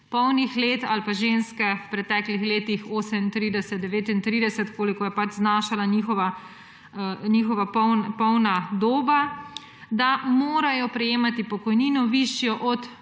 polnih let ali pa ženske v preteklih letih 38, 39, kolikor je pač znašala njihova polna doba – mora prejemati pokojnino, višjo od